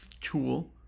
tool